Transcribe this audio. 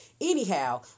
anyhow